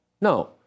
No